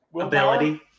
Ability